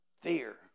Fear